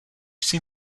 jsi